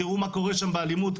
תראו מה קורה שם באלימות.